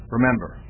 Remember